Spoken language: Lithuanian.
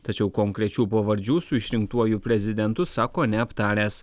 tačiau konkrečių pavardžių su išrinktuoju prezidentu sako neaptaręs